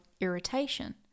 Irritation